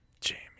Jamie